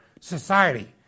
society